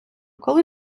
коли